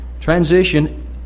Transition